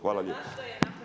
Hvala lijepo.